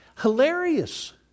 Hilarious